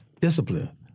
Discipline